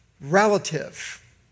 relative